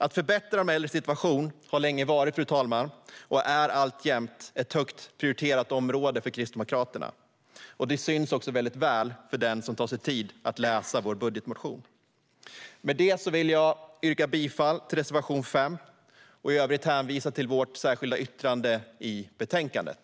Att förbättra de äldres situation har, fru talman, länge varit, och är alltjämt, ett högt prioriterat område för Kristdemokraterna. Och detta syns också väldigt väl för den som tar sig tid att läsa vår budgetmotion. Därmed vill jag yrka bifall till reservation 5 och i övrigt hänvisa till vårt särskilda yttrande i betänkandet.